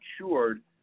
matured